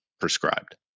prescribed